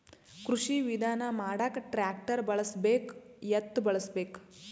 ಕೃಷಿ ವಿಧಾನ ಮಾಡಾಕ ಟ್ಟ್ರ್ಯಾಕ್ಟರ್ ಬಳಸಬೇಕ, ಎತ್ತು ಬಳಸಬೇಕ?